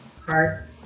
heart